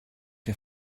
der